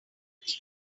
think